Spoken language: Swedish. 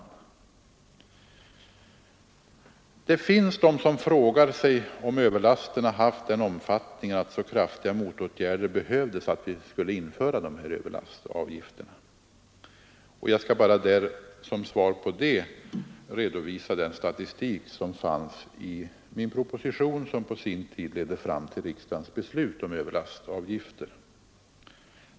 Det finns personer som frågar sig om överlasterna haft den omfattningen att så kraftiga motåtgärder behövdes som införandet av dessa överlastavgifter. Jag skall bara som svar på det redovisa den statistik som fanns i min proposition, vilken på sin tid ledde fram till riksdagens beslut om överlastavgifter.